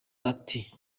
ati